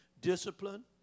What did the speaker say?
discipline